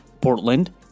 Portland